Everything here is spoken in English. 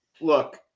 look